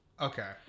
Okay